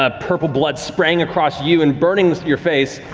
ah purple blood spraying across you and burning your face,